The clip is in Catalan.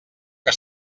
que